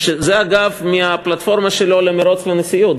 זה, אגב, מהפלטפורמה שלו למירוץ לנשיאות.